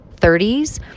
30s